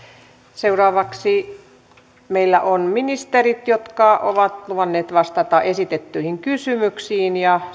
seuraavaksi meillä on ministerit jotka ovat luvanneet vastata esitettyihin kysymyksiin ja